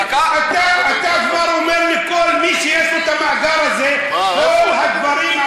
אתה כבר אומר לכל מי שיש לו את המאגר הזה את כל הדברים עלי: